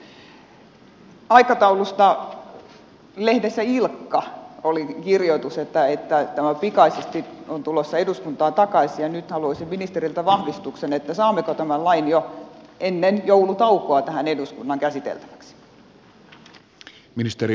aikataulusta lehdessä ilkka oli kirjoitus että tämä on pikaisesti tulossa eduskuntaan takaisin ja nyt haluaisin ministeriltä vahvistuksen että saammeko tämän lain jo ennen joulutaukoa tähän eduskunnan käsiteltäväksi